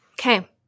Okay